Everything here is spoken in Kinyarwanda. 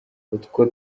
utwo